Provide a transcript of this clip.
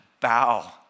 bow